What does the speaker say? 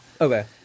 Okay